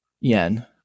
Yen